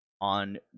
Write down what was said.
on